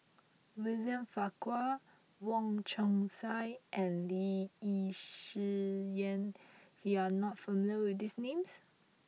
William Farquhar Wong Chong Sai and Lee Yi Shyan you are not familiar with these names